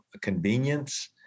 convenience